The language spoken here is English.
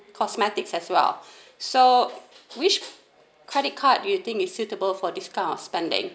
and cosmetics as well so which credit card you think it's suitable for these kind of spending